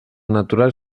natural